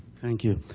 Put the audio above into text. thank you.